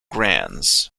graz